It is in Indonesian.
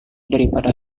daripada